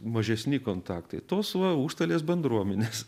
mažesni kontaktai tos va užstalės bendruomenės